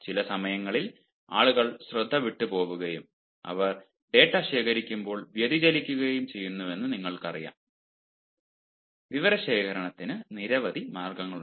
ചില സമയങ്ങളിൽ ആളുകൾ ശ്രദ്ധ വിട്ടുപോവുകയും അവർ ഡാറ്റ ശേഖരിക്കുമ്പോൾ വ്യതിചലിക്കുകയും ചെയ്യുന്നുവെന്ന് നിങ്ങൾക്കറിയാം വിവരശേഖരണത്തിന് നിരവധി മാർഗങ്ങളുണ്ട്